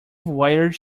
wires